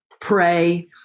pray